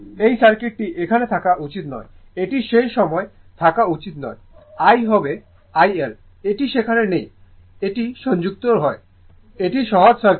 এই সার্কিটটি এখানে থাকা উচিত নয় এটি সেই সময় থাকা উচিত নয় I হবে IL এটি সেখানে নেই এটি সংযুক্ত নয় এটি সহজ সার্কিট